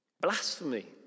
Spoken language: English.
Blasphemy